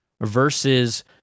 versus